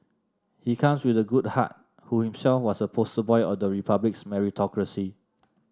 he comes with a good heart who himself was a poster boy of the Republic's meritocracy